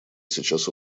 сейчас